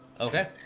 Okay